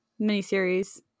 miniseries